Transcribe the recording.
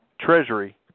Treasury